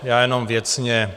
Já jenom věcně.